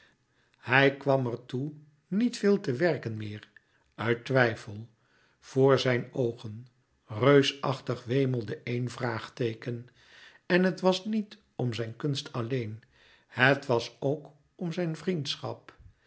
metamorfoze kwam er toe niet veel te werken meer uit twijfel voor zijn oogen reusachtig wemelde één vraagteeken en het was niet om zijn kunst alleen het was ook om zijn vriendschap